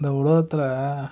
இந்த உலகத்தில்